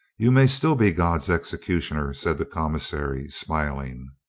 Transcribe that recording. you may still be god's executioner, said the commissary, smiling.